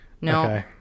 No